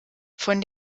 von